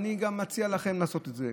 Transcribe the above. ואני מציע גם לכם לעשות את זה.